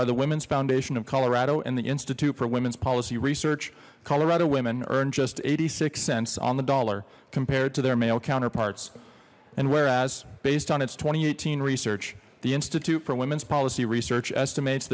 by the women's foundation of colorado and the institute for women's policy research colorado women earned just eighty six cents on the dollar compared to their male counterparts and whereas based on its two thousand and eighteen research the institute for women's policy research estimates